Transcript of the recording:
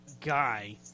guy